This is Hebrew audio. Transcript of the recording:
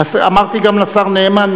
אמרתי גם לשר נאמן,